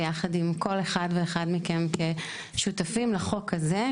ביחד עם כל אחד ואחד מכם כשותפים לחוק הזה,